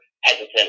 hesitant